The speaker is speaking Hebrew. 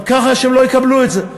כשככה הן לא יקבלו את זה.